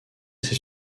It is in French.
ces